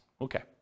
Okay